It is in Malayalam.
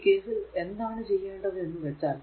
ഈ കേസിൽ എന്താണ് ചെയ്യേണ്ടത് എന്ന് വച്ചാൽ